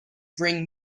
bring